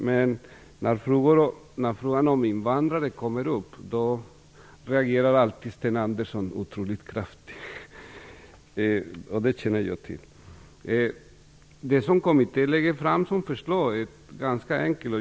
Men när frågan om invandrare kommer upp, reagerar alltid Sten Andersson otroligt kraftigt. Det känner jag till. Det förslag som den parlamentariska kommittén lägger fram är ganska enkelt.